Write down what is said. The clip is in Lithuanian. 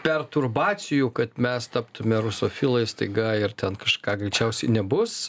perturbacijų kad mes taptume rusofilais staiga ir ten kažką greičiausiai nebus